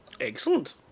excellent